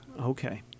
Okay